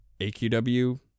AQW